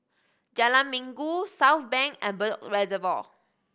Jalan Minggu Southbank and Bedok Reservoir